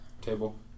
table